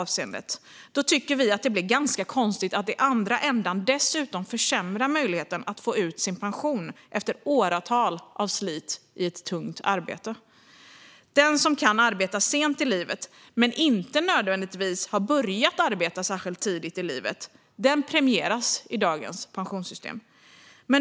Vi tycker därför att det blir ganska konstigt om man i andra ändan försämrar möjligheten att få ut sin pension efter år av slit i ett tungt yrke. Den som kan arbeta sent i livet men inte nödvändigtvis har börjat arbeta särskilt tidigt i livet premieras i dagens pensionssystem.